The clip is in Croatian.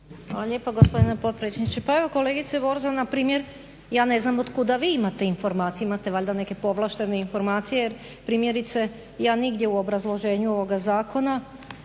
Hvala lijepo gospodine potpredsjedniče. Pa evo kolegice Borzan npr. ja ne znam od kuda vi imate informacije, imate valjda neke povlaštene informacije, jer primjerice ja nigdje u obrazloženju ovoga zakona